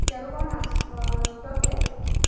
তেওঁলোকৰ নাচ নৃত্যটোৱে